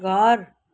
घर